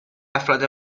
افراد